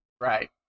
Right